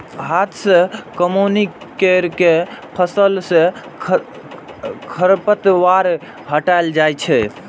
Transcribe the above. हाथ सं कमौनी कैर के फसल सं खरपतवार हटाएल जाए छै